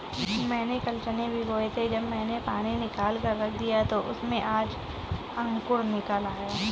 मैंने कल चने भिगोए थे जब मैंने पानी निकालकर रख दिया तो उसमें आज अंकुर निकल आए